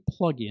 plugin